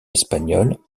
espagnol